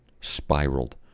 spiraled